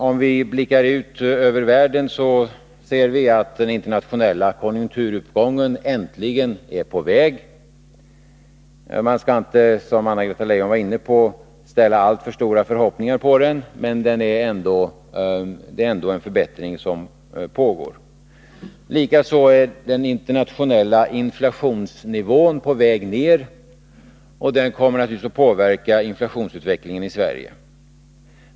Om vi blickar ut över världen, ser vi att den internationella konjunkturuppgången äntligen är på väg. Man skall inte, som Anna-Greta Leijon var inne på, ställa alltför stora förhoppningar på den, men det är ändå en förbättring som pågår. Likaså är den internationella inflationsnivån på väg ned, och det kommer naturligtvis att påverka inflationsutvecklingen även i Sverige.